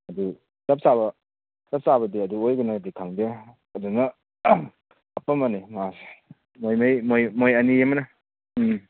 ꯑꯗꯨ ꯆꯞ ꯆꯥꯕ ꯆꯞ ꯆꯥꯕꯗꯤ ꯑꯗꯨ ꯑꯣꯏꯒꯅꯤ ꯍꯥꯏꯕꯗꯤ ꯈꯪꯗꯦ ꯑꯗꯨꯅ ꯀꯥꯞꯄꯝꯕꯅꯤ ꯃꯥꯁꯦ ꯃꯣꯏꯅ ꯃꯣꯏ ꯃꯣꯏ ꯑꯅꯤ ꯑꯃꯅ ꯎꯝ